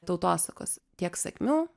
tautosakos tiek sakmių